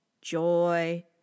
joy